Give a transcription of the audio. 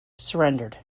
surrendered